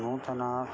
नूतनानां